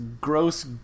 gross